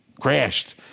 crashed